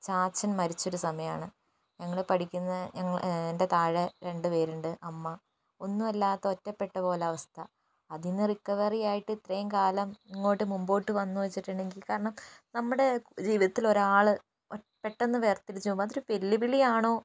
ചാച്ചൻ മരിച്ചൊരു സമയമാണ് ഞങ്ങൾ പഠിക്കുന്ന ഞങ്ങൾ എൻ്റെ താഴെ രണ്ടുപേരുണ്ട് അമ്മ ഒന്നുമല്ലാത്ത ഒറ്റപ്പെട്ടപോലെ അവസ്ഥ അതിൽനിന്നു റിക്കവറി ആയിട്ട് ഇത്രയും കാലം ഇങ്ങോട്ട് മുമ്പോട്ട് വന്നു വച്ചിട്ടുണ്ടെങ്കിൽ കാരണം നമ്മുടെ ജീവിതത്തിൽ ഒരാൾ പെട്ടന്ന് വേർതിരിച്ച് പോകുമ്പോൾ അതൊരു വെല്ലുവിളിയാണോ